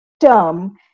term